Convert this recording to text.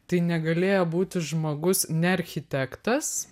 tai negalėjo būti žmogus ne architektas